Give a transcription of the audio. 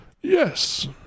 Yes